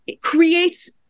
creates